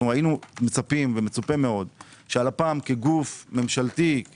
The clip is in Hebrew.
היינו מצפים ומצופה שהלפ"ם כגוף ממשלתי,